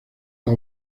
las